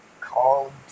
Call